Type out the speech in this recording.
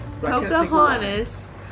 Pocahontas